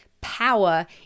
power